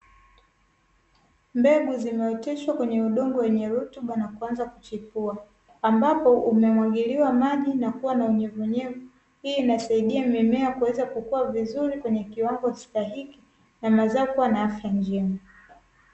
Mbegu zimeoteshwa kwenye udongo wenye rutuba na kuanza kuchipua ambapo umemwagiliwa maji na kuwa na unyevuunyevu, hii inasaidia mimea kuweza kukua vizuri kwenye kiwango stahiki na mazao kuwa na afya njema.